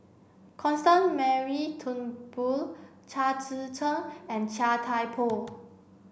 Constance Mary Turnbull Chao Tzee Cheng and Chia Thye Poh